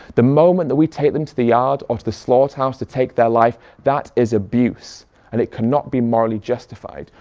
the moment that we take them to the yard or to the slaughterhouse to take their life that is abuse and it cannot be morally justified.